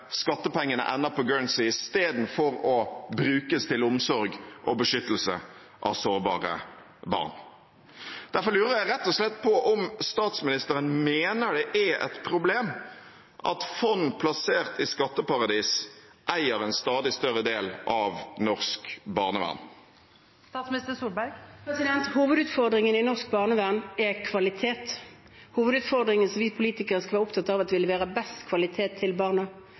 skattepengene ender på Guernsey istedenfor å brukes til omsorg og beskyttelse av sårbare barn. Derfor lurer jeg rett og slett på om statsministeren mener det er et problem at fond plassert i skatteparadiser eier en stadig større del av norsk barnevern. Hovedutfordringen i norsk barnevern er kvalitet. Hovedutfordringen som vi politikere skal være opptatt av, er at vi leverer den beste kvaliteten til barna,